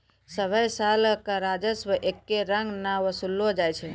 सभ्भे साल कर राजस्व एक्के रंग नै वसूललो जाय छै